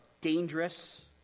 dangerous